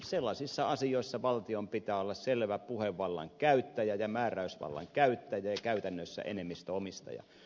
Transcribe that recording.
sellaisissa asioissa valtion pitää olla selvä puhevallan käyttäjä ja määräysvallan käyttäjä ja käytännössä enemmistöomistaja